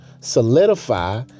solidify